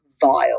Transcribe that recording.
vile